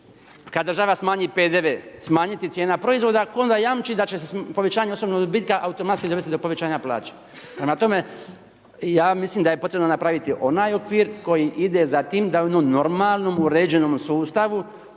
kada država smanji PDV, smanjiti cijena proizvoda, onda jamči, da će se povećanjem osobnog dobitka, automatski dovesti do povećanja plaće. Prema tome, ja mislim da je potrebno napraviti onaj okvir, koji ide za tim, da onom normalnom uređenom sustavu,